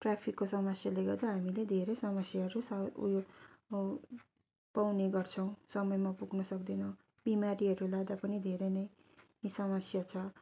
ट्राफिकको समस्याले गर्दा हामीले धेरै समस्याहरू उयो पाउने गर्छौँ समयमा पुग्नु सक्दैनौँ बिमारीहरू लाँदा पनि धेरै नै समस्या छ